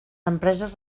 empreses